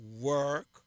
work